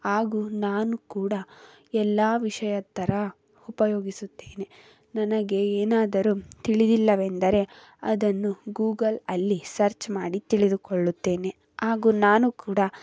ಹಾಗೂ ನಾನು ಕೂಡ ಎಲ್ಲ ವಿಷಯತ್ತರ ಉಪಯೋಗಿಸುತ್ತೇನೆ ನನಗೆ ಏನಾದರೂ ತಿಳಿದಿಲ್ಲವೆಂದರೆ ಅದನ್ನು ಗೂಗಲಲ್ಲಿ ಸರ್ಚ್ ಮಾಡಿ ತಿಳಿದುಕೊಳ್ಳುತ್ತೇನೆ ಹಾಗೂ ನಾನು ಕೂಡ